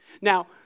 Now